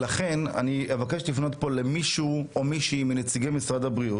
לכן אני מבקש לפנות לנציג ממשרד הבריאות